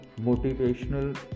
motivational